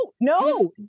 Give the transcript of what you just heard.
no